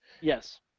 Yes